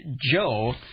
Joe